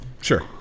Sure